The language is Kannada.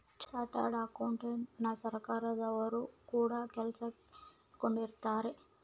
ಚಾರ್ಟರ್ಡ್ ಅಕೌಂಟೆಂಟನ ಸರ್ಕಾರದೊರು ಕೂಡ ಕೆಲಸಕ್ ಇಟ್ಕೊಂಡಿರುತ್ತಾರೆ